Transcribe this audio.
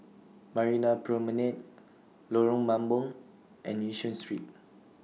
Marina Promenade Lorong Mambong and Yishun Street